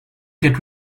get